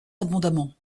abondamment